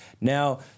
Now